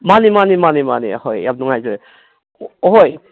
ꯃꯥꯅꯤ ꯃꯥꯅꯤ ꯃꯥꯅꯤ ꯃꯥꯅꯤ ꯑꯍꯣꯏ ꯌꯥꯝ ꯅꯨꯡꯉꯥꯏꯖꯔꯦ ꯑꯣꯍꯣꯏ